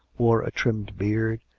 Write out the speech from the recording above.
wore a trimmed beard,